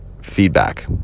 feedback